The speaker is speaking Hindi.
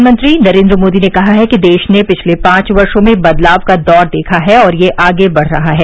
प्रधानमंत्री नरेन्द्र मोदी ने कहा है कि देश ने पिछले पांच वर्षो में बदलाव का दौर देखा है और यह आगे बढ़ रहा है